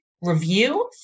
review